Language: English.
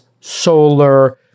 solar